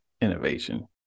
innovation